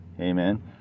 amen